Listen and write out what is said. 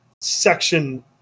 section